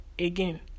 Again